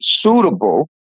suitable